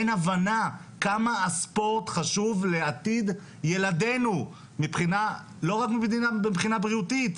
אין הבנה כמה הספורט חשוב לעתיד ילדינו לא רק מבחינה בריאותית.